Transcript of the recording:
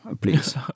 please